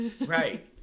Right